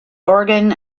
organ